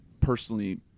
personally